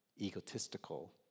egotistical